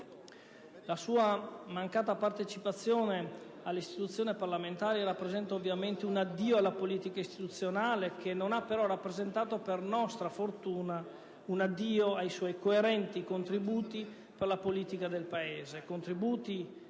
La sua mancata partecipazione all'istituzione parlamentare rappresenta ovviamente un addio alla politica istituzionale, che non ha però rappresentato, per nostra fortuna, un addio ai suoi coerenti contributi alla politica del Paese,